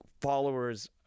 followers